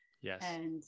Yes